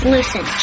Listen